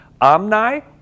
omni